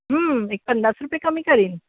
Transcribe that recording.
एक पन्नास रुपये कमी करीन